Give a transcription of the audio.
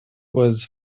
was